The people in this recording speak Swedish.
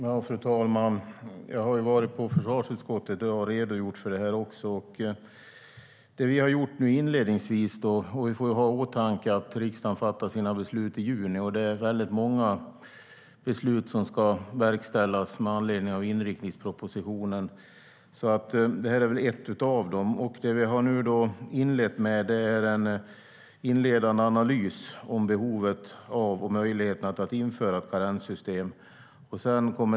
Fru talman! Jag har varit i försvarsutskottet i dag och redogjort för det här. Man får ha i åtanke att riksdagen fattar sina beslut i juni och att det är många beslut som ska verkställas med anledning av inriktningspropositionen. Det här är ett av dem. Det vi har inlett med är en inledande analys av behovet av och möjligheterna till att införa ett karenssystem.